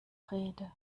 rede